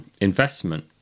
investment